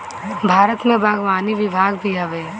भारत में बागवानी विभाग भी हवे